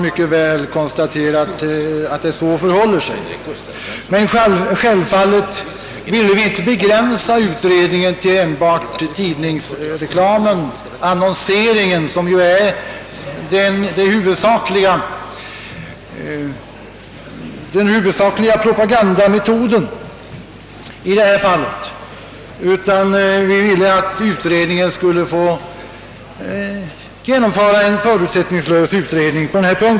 Men självfallet ville vi inte begränsa utredningen till enbart tidningsreklamen — annonseringen — som i detta fall är den huvudsakliga propagandametoden, utan vi ville ha en förutsättningslös utredning.